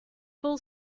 full